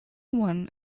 one